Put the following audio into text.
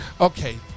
Okay